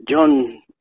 John